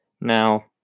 Now